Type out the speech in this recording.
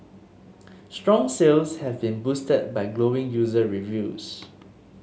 strong sales have been boosted by glowing user reviews